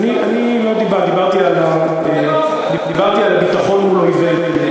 אני דיברתי על הביטחון מול אויבינו.